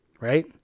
right